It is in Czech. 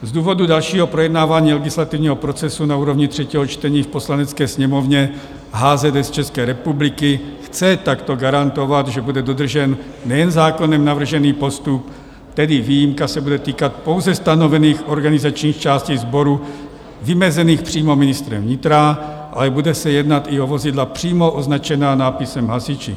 Z důvodu dalšího projednávání legislativního procesu na úrovni třetího čtení v Poslanecké sněmovně HZS České republiky chce takto garantovat, že bude dodržen nejen zákonem navržený postup, tedy výjimka se bude týkat pouze stanovených organizačních částí sboru vymezených přímo ministrem vnitra, ale bude se jednat i o vozidla přímo označená nápisem Hasiči.